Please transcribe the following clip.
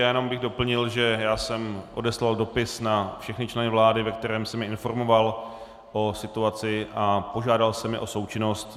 Jenom bych doplnil, že jsem odeslal dopis na všechny členy vlády, ve kterém jsem je informoval o situaci a požádal jsem je o součinnost.